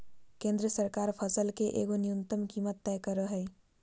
केंद्र सरकार फसल के एगो न्यूनतम कीमत तय करो हइ